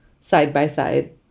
side-by-side